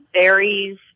berries